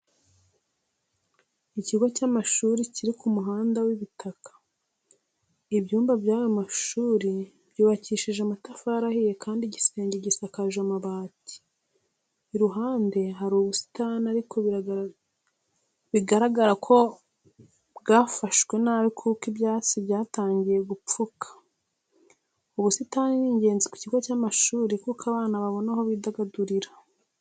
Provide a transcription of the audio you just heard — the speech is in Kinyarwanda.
Ikigo cy'amashuri kiri ku muhanda w'ibitaka. Ibyumba by'ayo mashuri byubakishije amatafari ahiye kandi igisenge gisakaje amabati. Iruhande hari ubusitani ariko bigaragara ko bwafashwe nabi kuko ibyatsi byatangiye gupfuka. Ubusitani ni ingenzi ku kigo cy'amashuri kuko abana babona aho bidagadurira.